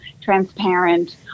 transparent